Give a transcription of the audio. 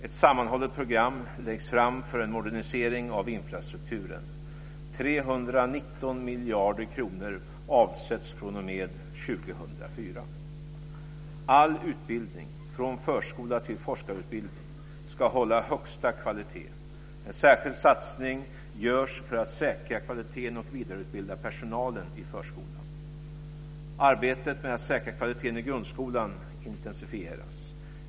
Ett sammanhållet program läggs fram för en modernisering av infrastrukturen. 319 miljarder kronor avsätt fr.o.m. 2004. All utbildning - från förskola till forskarutbildning - ska hålla högsta kvalitet. En särskild satsning görs för att säkra kvaliteten och vidareutbilda personalen i förskolan. Arbetet med att säkra kvaliteten i grundskolan intensifieras.